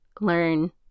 learn